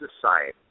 society